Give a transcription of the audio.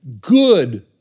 Good